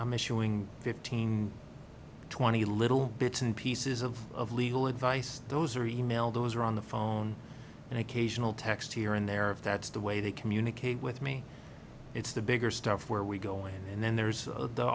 i'm issuing fifteen twenty little bits and pieces of of legal advice those are e mail those are on the phone and occasional text here and there of that's the way they communicate with me it's the bigger stuff where we go and then there's the